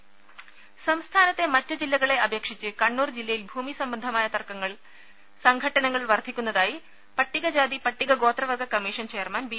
ദേദ സംസ്ഥാനത്തെ മറ്റു ജില്ലകളെ അപേക്ഷിച്ച് കണ്ണൂർ ജില്ലയിൽ ഭൂമിസംബന്ധമായ തർക്കങ്ങളിൽ സംഘട്ടനങ്ങൾ വർധിക്കുന്നതായി പട്ടികജാതി പട്ടിക ഗോത്രവർഗ്ഗ കമ്മീഷൻ ചെയർമാൻ ബി